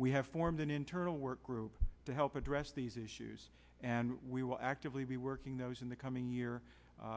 we have formed an internal work group to help address these issues and we will to be working those in the coming year